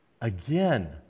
Again